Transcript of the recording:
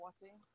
watching